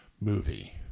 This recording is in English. movie